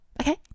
Okay